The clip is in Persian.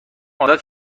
عادت